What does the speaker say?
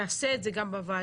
נעשה את זה גם בוועדה.